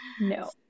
no